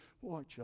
Watch